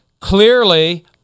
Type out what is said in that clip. clearly